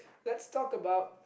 let's talk about